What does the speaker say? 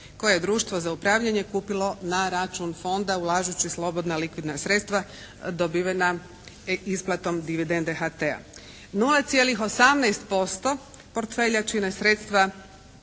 koje društvo za upravljanje kupilo na račun Fonda ulažući slobodna likvidna sredstva dobivena isplatom dividende HT-a. 0,18% portfelja čine sredstva